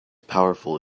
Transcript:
powerful